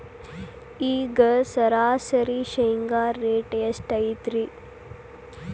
ಈಗ ಸರಾಸರಿ ಶೇಂಗಾ ರೇಟ್ ಎಷ್ಟು ಐತ್ರಿ?